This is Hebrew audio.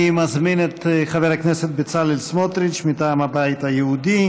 אני מזמין את חבר הכנסת בצלאל סמוטריץ מטעם הבית היהודי.